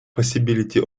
possibility